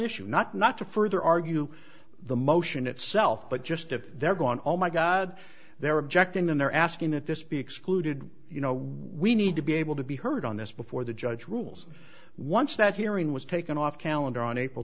issue not not to further argue the motion itself but just if they're gone oh my god they're objecting and they're asking if this be excluded you know we need to be able to be heard on this before the judge rules once that hearing was taken off calendar on april